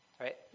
right